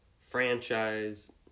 franchise